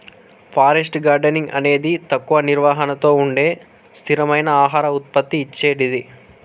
forest gardening అనేది తక్కువ నిర్వహణతో ఉండే స్థిరమైన ఆహార ఉత్పత్తి ఇచ్చేటిది